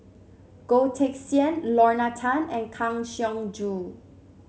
Goh Teck Sian Lorna Tan and Kang Siong Joo